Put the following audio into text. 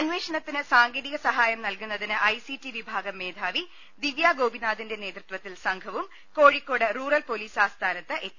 അന്വേഷണത്തിന് സാങ്കേതിക സഹായം നൽകുന്നതിന് ഐ സി ടി വിഭാഗം മേധാവി ദിവ്യാ ഗോപിനാഥിന്റെ നേതൃത്വത്തിൽ സംഘവും കോഴിക്കോട് റൂറൽ പോലീസ് ആസ്ഥാനത്തെത്തി